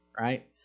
right